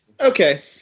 okay